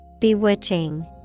Bewitching